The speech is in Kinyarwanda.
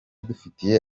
dufitiye